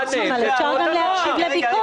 אורית,